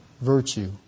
virtue